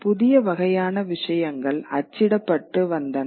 புதிய வகையான விஷயங்கள் அச்சிடப்பட்டு வந்தன